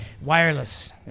Wireless